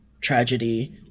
tragedy